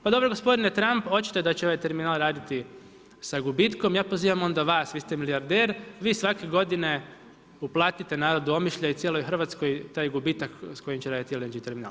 Pa dobro gospodine Trump očito da će ovaj terminal raditi sa gubitkom, ja pozivam onda vas, vi ste milijarder, vi svake godine uplatite narodu Omišlja i cijeloj Hrvatskoj taj gubitak s kojim će raditi LNG terminal.